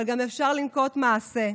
אבל גם אפשר לנקוט מעשה.